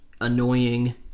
annoying